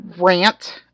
rant